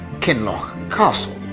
kinloch castle?